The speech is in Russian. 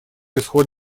исход